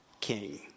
king